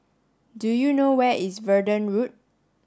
do you know where is Verdun Road